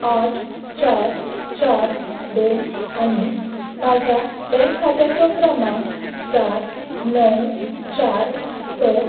आठ चार चार दोन आनी म्हाज्या बँक खात्याचो क्रमांक सात णव चार स